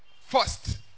first